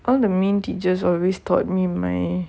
and the mean teachers always taught me my